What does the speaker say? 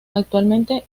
actualmente